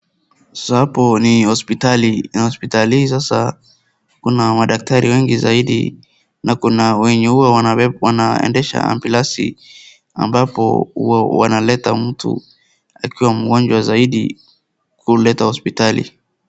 Sasa hapo ni hospitali na hospitali hii sasa kuna madaktari wengi zaidi na kuna wenye huwa wanaendesha ambulensi ambapo huwa wanaleta mtu akiwa mgonjwa zaidi kuleta hospitali.